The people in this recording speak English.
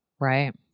Right